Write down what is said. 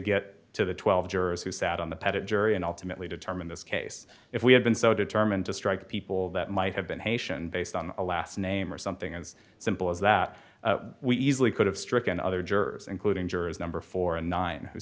get to the twelve jurors who sat on the pettit jury and ultimately determined this case if we had been so determined to strike people that might have been haitian based on a last name or something as simple as that we easily could have stricken other jurors including jurors number four and nine who